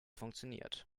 funktioniert